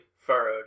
furrowed